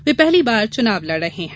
वे पहली बार चुनाव लड़ रहे हैं